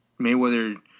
Mayweather